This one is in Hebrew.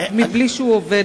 מבלי שהוא עובד המקום.